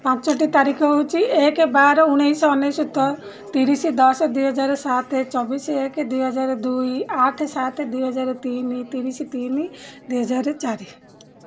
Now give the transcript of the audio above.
ପାଞ୍ଚଟି ତାରିଖ ହେଉଛି ଏକ ବାର ଉଣେଇଶହ ଅନେଶତ ତିରିଶ ଦଶ ଦୁଇହଜାର ସାତ ଚବିଶ ଏକ ଦୁଇହଜାର ଦୁଇ ଆଠ ସାତ ଦୁଇହଜାର ତିନି ତିରିଶ ତିନି ଦୁଇହଜାର ଚାରି